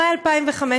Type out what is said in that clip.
ב-2015.